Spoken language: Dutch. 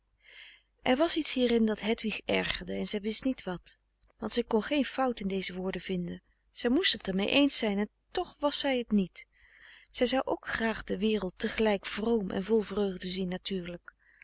er was iets hierin dat hedwig ergerde en zij wist niet wat want zij kon geen fout in deze woorden vinden zij moest het er mee eens zijn en toch was zij t niet zij zou ook graag de wereld tegelijk vroom en vol vreugde zien natuurlijk